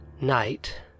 night